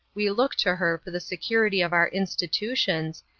we look to her for the security of our institutions,